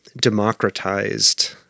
democratized